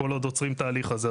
כל עוד עוצרים את ההליך הזה,